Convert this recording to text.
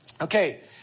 Okay